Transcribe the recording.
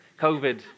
COVID